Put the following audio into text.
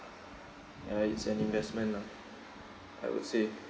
ya it's an investment lah I would say